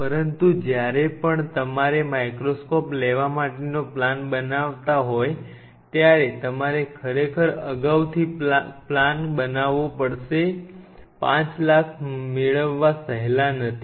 પરંતુ જ્યારે પણ તમારે માઇક્રોસ્કોપ લેવા માટેનો પ્લાન બનાવ તા હોય ત્યારે તમારે ખરેખર અગાઉથી પ્લાન બનાવ વો પડશે 5 લાખ મેળ વ વા સહેલા નથી